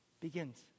begins